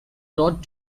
brought